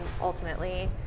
ultimately